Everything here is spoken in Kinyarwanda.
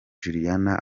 juliana